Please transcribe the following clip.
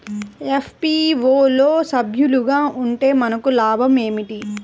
FPO లో సభ్యులుగా ఉంటే మనకు లాభం ఏమిటి?